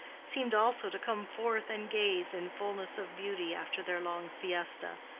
seemed also to come forth and gaze in fullness of beauty after their long siesta,